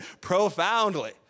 profoundly